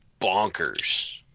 bonkers